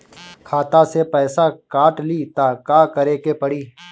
खाता से पैसा काट ली त का करे के पड़ी?